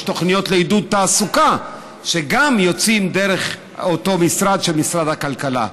יש תוכניות לעידוד תעסוקה שיוצאות דרך אותו משרד של משרד הכלכלה.